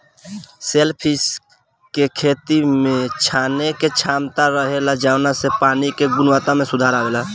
shellfish के खेती में छाने के क्षमता रहेला जवना से पानी के गुणवक्ता में सुधार अवेला